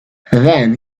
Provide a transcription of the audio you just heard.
then